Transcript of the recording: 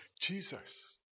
Jesus